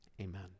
Amen